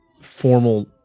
formal